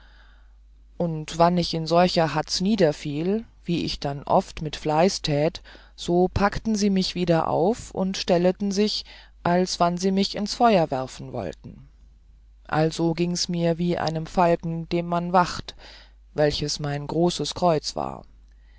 und wann ich in solcher hatze niederfiel wie ich dann oft mit fleiß tät so packten sie mich wieder auf und stelleten sich als wann sie mich ins feur werfen wollten also gieng mirs wie einem falken dem man wacht welches mein großes kreuz war